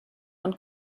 und